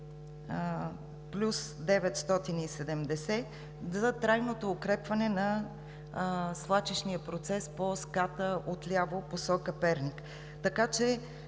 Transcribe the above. км 9+970 за трайното укрепване на свлачищния процес по ската отляво, посока Перник. Мисля, че